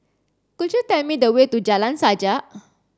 could you tell me the way to Jalan Sajak